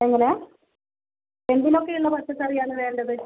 എങ്ങനെയാ എന്തിനൊക്കെയുള്ള പച്ചക്കറിയാണ് വേണ്ടത്